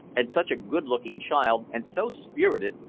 and such a good-looking child, and so spirited,